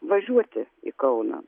važiuoti į kauną